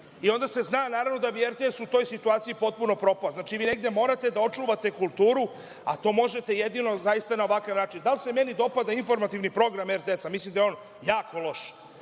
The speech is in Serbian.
se zna da bi RTS u toj situaciju potpuno propao. Vi negde morate da očuvate kulturu, a to možete jedino zaista na ovakav način. Da li se meni dopada informativni program RTS? Mislim da je on jako loš,